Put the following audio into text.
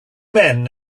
men